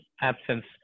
absence